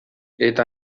eta